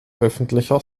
öffentlicher